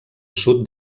sud